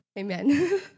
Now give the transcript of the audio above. Amen